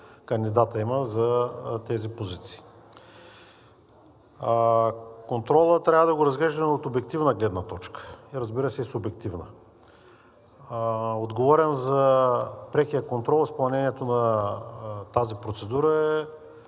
кандидата за тази позиция. Контролът трябва да го разглеждаме от обективна гледна точка, разбира се, и от субективна. Отговорен за прекия контрол и изпълнението на тази процедура е